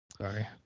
Sorry